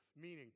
meaning